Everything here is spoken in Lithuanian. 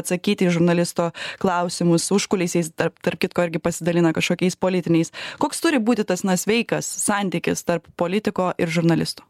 atsakyti į žurnalisto klausimus užkulisiais tarp tarp kitko irgi pasidalina kažkokiais politiniais koks turi būti tas na sveikas santykis tarp politiko ir žurnalisto